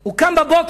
הוא קם בבוקר,